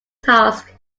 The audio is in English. task